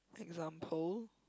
example